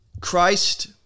Christ